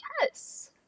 Yes